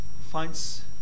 finds